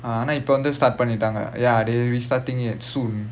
ஆனா இப்போ வந்து:aanaa ippo vanthu start பண்ணிட்டாங்க:pannittaanga ya they restarting it soon